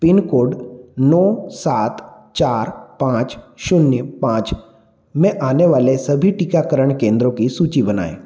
pin code नौ सात चार पाँच शून्य पाँच में आने वाले सभी टीकाकरण केंद्रो की सूची बनाएँ